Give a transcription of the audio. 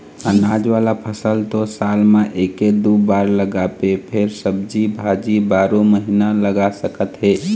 अनाज वाला फसल तो साल म एके दू बार लगाबे फेर सब्जी भाजी बारो महिना लगा सकत हे